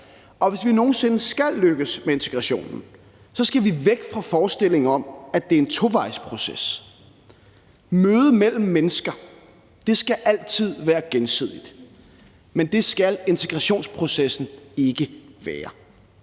og hvis vi nogen sinde skal lykkes med integrationen, skal vi væk fra forestillingen om, at det er en tovejsproces. Mødet mellem mennesker skal altid være gensidigt, men det skal integrationsprocessen ikke være.